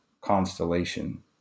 constellation